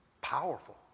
Powerful